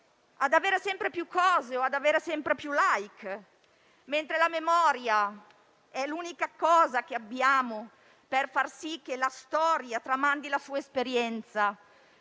ad avere sempre più cose o ad avere sempre più *like,* mentre la memoria è l'unica cosa che abbiamo per far sì che la storia tramandi un'esperienza